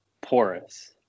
porous